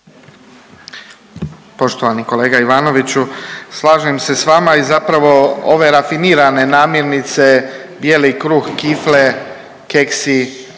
Poštovani kolega Ivanoviću. Slažem se s vama i zapravo ove rafinirane namirnice bijeli kruh, kifle, keksi,